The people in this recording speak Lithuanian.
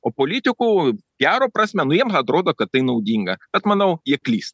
o politikų gero prasme nu jiems atrodo kad tai naudinga bet manau jie klysta